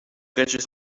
ritjes